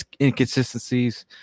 inconsistencies